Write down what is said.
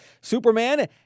Superman